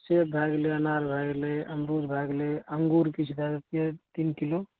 सेब भए गेलय अनार भए गेलय अमरूद भए गेलय अंगूर किछु दै दितियै तीन किलो